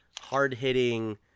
hard-hitting